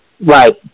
Right